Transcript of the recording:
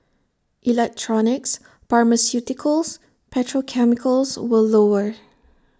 electronics pharmaceuticals petrochemicals were lower